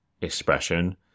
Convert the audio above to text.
expression